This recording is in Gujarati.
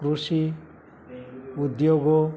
કૃષિ ઉદ્યોગો